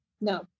No